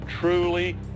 truly